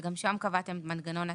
שגם שם קבעתם מנגנון הצמדה,